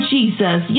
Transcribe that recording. Jesus